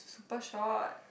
super short